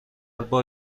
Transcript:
بار